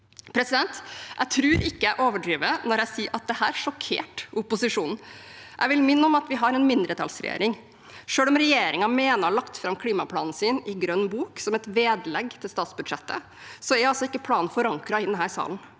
innen 2030. Jeg tror ikke jeg overdriver når jeg sier at dette sjokkerte opposisjonen. Jeg vil minne om at vi har en mindretallsregjering. Selv om regjeringen mener å ha lagt fram klimaplanen sin i Grønn bok, som et vedlegg til statsbudsjettet, er altså ikke planen forankret i denne salen.